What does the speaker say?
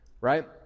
right